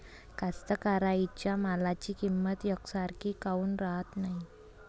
कास्तकाराइच्या मालाची किंमत यकसारखी काऊन राहत नाई?